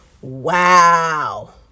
Wow